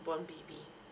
born baby